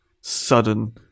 sudden